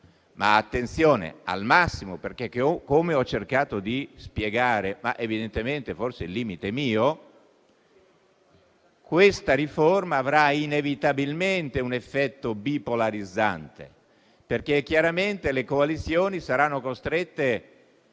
Ma attenzione: al massimo, perché - come ho cercato di spiegare, ma forse il limite è mio - questa riforma avrà inevitabilmente un effetto bipolarizzante, chiaramente le coalizioni saranno costrette